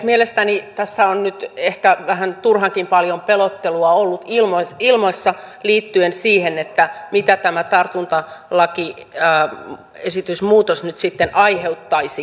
mielestäni tässä on nyt ehkä vähän turhankin paljon pelottelua ollut ilmassa liittyen siihen mitä tämä tartuntalakiesitysmuutos nyt sitten aiheuttaisi